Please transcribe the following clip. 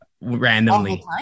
randomly